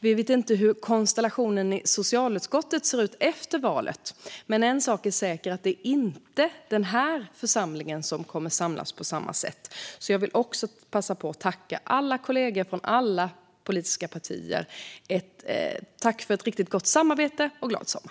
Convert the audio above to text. Vi vet inte hur konstellationen i socialutskottet ser ut efter valet, men en sak är säker: Det är inte den här församlingen som kommer att samlas på samma sätt. Jag vill därför passa på att tacka alla kollegor från alla politiska partier. Tack för ett riktigt gott samarbete, och glad sommar!